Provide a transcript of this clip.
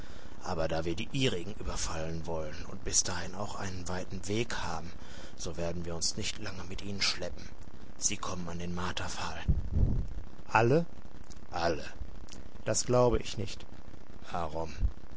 aber da wir die ihrigen überfallen wollen und bis dahin noch einen weiten weg haben so werden wir uns nicht lange mit ihnen schleppen sie kommen an den marterpfahl alle alle das glaube ich nicht warum